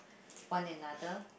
one another